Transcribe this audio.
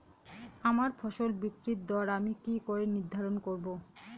আমার ফসল বিক্রির দর আমি কি করে নির্ধারন করব?